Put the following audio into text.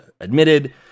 admitted